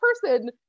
person